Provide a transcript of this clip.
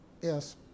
Yes